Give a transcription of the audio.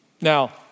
Now